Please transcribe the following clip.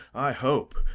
i hope,